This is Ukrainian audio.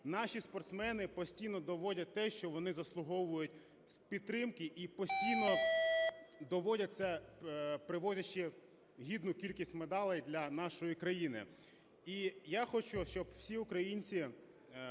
наші спортсмени постійно доводять те, що вони заслуговують підтримки, і постійно доводять це, привозячи гідну кількість медалей для нашої країни. І я хочу, щоб всі українці